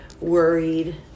worried